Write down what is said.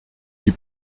die